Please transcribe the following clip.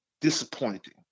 disappointing